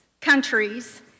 countries